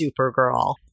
Supergirl